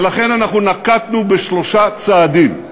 ולכן אנחנו נקטנו שלושה צעדים,